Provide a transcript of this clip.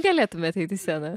galėtumėt eit į sceną